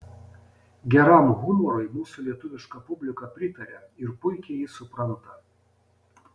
geram humorui mūsų lietuviška publika pritaria ir puikiai jį supranta